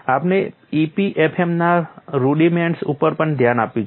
આપણે EPFM ના rudiments ઉપર પણ ધ્યાન આપ્યું છે